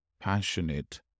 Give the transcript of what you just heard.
passionate